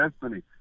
destiny